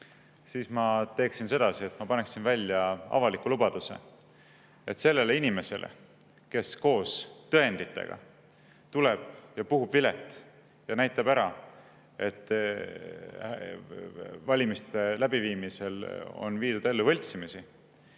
siis ma teeksin sedasi, et ma paneksin välja avaliku lubaduse, et sellele inimesele, kes koos tõenditega tuleb ja puhub vilet ja näitab ära, et valimistel on viidud ellu võltsimisi